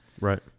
Right